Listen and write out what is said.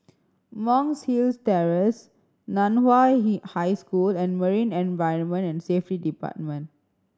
Monk's Hill Terrace Nan Hua High School and Marine Environment and Safety Department